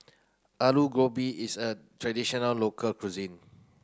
Alu Gobi is a traditional local cuisine